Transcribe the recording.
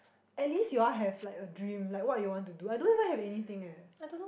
at least you all have like a dream like what you want to do I don't even have anything eh